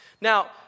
Now